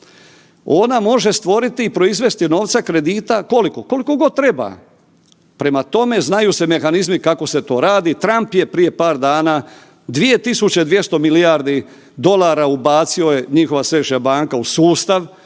Ona može stvoriti i proizvesti novca kredita koliko? Koliko god treba. Prema tome, znaju se mehanizmi kako se to radi. Trump je prije par dana 2 tisuće, 200 milijardi dolara ubacio je, njihova središnja banka, u sustav.